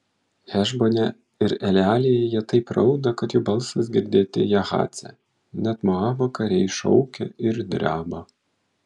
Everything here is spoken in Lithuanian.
hešbone ir elealėje jie taip rauda kad jų balsas girdėti jahace net moabo kariai šaukia ir dreba